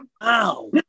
Wow